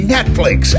Netflix